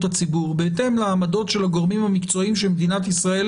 הציבור בהתאם לעמדות של הגורמים המקצועיים שמדינת ישראל